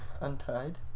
Untied